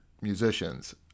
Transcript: musicians